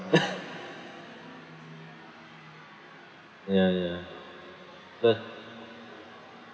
ya ya but